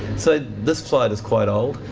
so this slide is quite old.